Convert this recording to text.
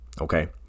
okay